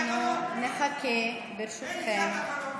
אנחנו נחכה, ברשותכם.